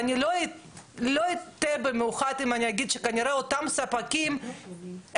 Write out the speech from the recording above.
ואני לא אטעה במיוחד אם אני אגיד שכנראה אותם ספקים איכשהו